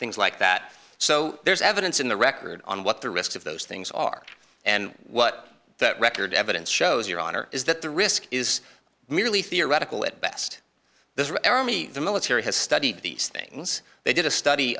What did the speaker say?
things like that so there's evidence in the record on what the risks of those things are and what that record evidence shows your honor is that the risk is merely theoretical at best this is the military has studied these things they did a study